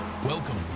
welcome